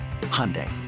Hyundai